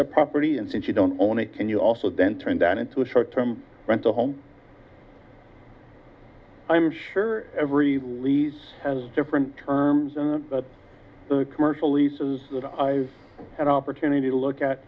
a property and since you don't own it can you also then turn that into a short term rental home i'm sure every lease has different terms but the commercial leases that i've an opportunity to look at